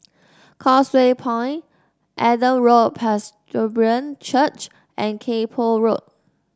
Causeway Point Adam Road Presbyterian Church and Kay Poh Road